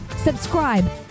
subscribe